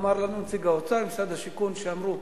אמר לנו נציג האוצר, נציג משרד השיכון, שאמרו: